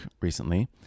recently